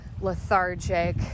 lethargic